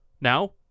Now